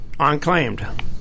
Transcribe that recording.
unclaimed